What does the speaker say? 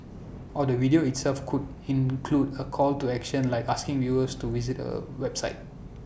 or the video itself could include A call to action like asking viewers to visit A website